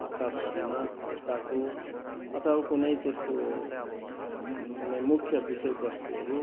हप्ताभरिमा हप्ताको अथवा कुनै त्यस्तो माने मुख्य विषयवस्तुहरू